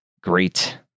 great